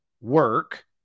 work